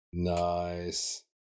Nice